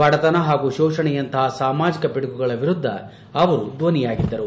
ಬದತನ ಹಾಗೂ ಶೋಷಣೆಯಂತಹ ಸಾಮಾಜಿಕ ಪಿದುಗುಗಳ ವಿರುದ್ದ ಅವರು ಧ್ವನಿಯಾಗಿದ್ದರು